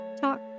talk